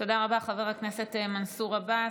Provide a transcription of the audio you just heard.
תודה רבה, חבר הכנסת מנסור עבאס.